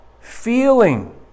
feeling